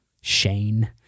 Shane